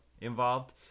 involved